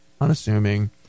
unassuming